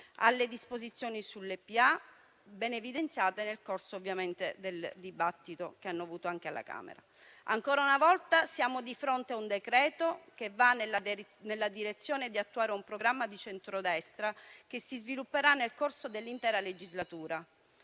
alle disposizioni sulle PA, ben evidenziate nel corso del dibattito svoltosi alla Camera dei deputati. Ancora una volta siamo di fronte a un decreto-legge che va nella direzione di attuare un programma di centrodestra che si svilupperà nel corso dell'intera legislatura,